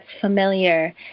familiar